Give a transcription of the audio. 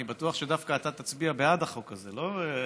אני בטוח שדווקא אתה תצביע בעד החוק הזה, לא?